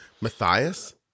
Matthias